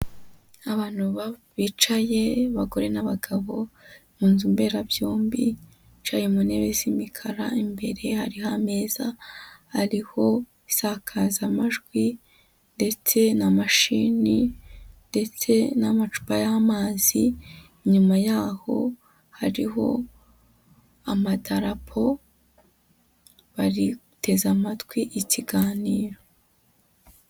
Abantu bicaye abagore, n'abagabo mu nzu mberabyombi, bicaye mu ntebe z'imikara, imbere hari ameza ariho insakazamajwi, ndetse na mashini, ndetse n'amacupa y'amazi, inyuma yaho hariho amadarapo, bateze amatwi ikiganiro.